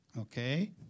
okay